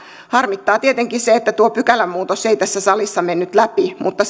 harmittaa tietenkin se että tuo pykälämuutos ei tässä salissa mennyt läpi mutta